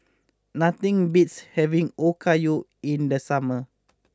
nothing beats having Okayu in the summer